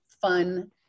fun